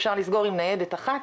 אפשר לסגור עם ניידת אחת,